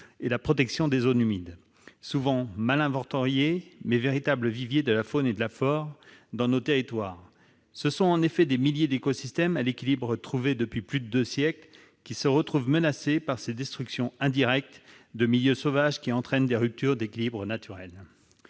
et la protection des zones humides, souvent mal inventoriées, mais véritables viviers de la faune et de la flore dans nos territoires. Ce sont en effet des milliers d'écosystèmes à l'équilibre trouvé depuis plus de deux siècles qui se retrouvent menacés par ces destructions indirectes de milieux sauvages qui entraînent des ruptures d'équilibres naturels.